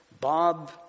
Bob